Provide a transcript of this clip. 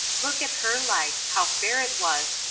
look at her life how fair it was,